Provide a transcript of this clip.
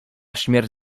śmierć